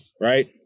Right